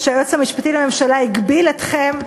שהיועץ המשפטי לממשלה הגביל אתכם.